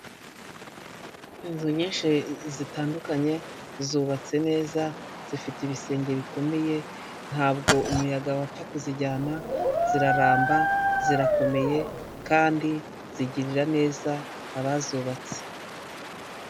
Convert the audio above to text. I zu nyinshi zitandukanye zubatse neza zifite ibisenge bikomeye ntabwo umuyaga wapfa kuzijyana ziraramba zirakomeye kandi zigirira neza abazubatse.